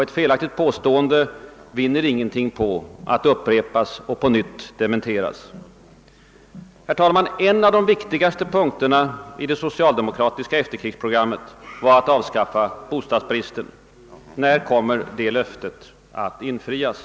Ett felaktigt påstående vinner ingenting på att upprepas och på nytt dementeras. Herr talman! En av de viktigaste punkterna i det socialdemokratiska efterkrigsprogrammet var att avskaffa bostadsbristen. När kommer detta löfte att infrias?